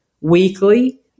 Weekly